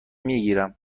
میگیرم